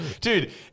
Dude